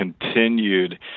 continued